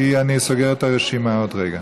כי אני סוגר את הרשימה עוד רגע.